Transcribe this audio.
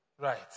Right